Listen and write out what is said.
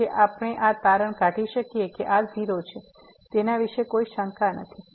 તેથી આપણે આ તારણ કાઢી શકીએ કે આ 0 છે તેના વિશે કોઈ શંકા નથી